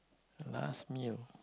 last meal